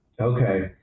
Okay